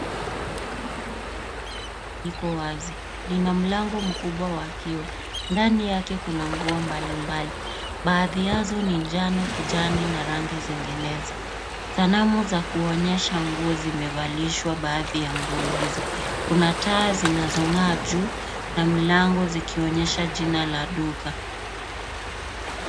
Iko wazi. Lina mlango mkubwa wa kioo. Ndani yake kuna nguo mbalimbali baadhi yao ni njano, kijani na rangi zinginezo. Sanamu za kuonesha nguo zimevalishwa baadhi ya nguo hizo. Kuna taa zinazong'aa juu na mlango zikionyesha jina la duka.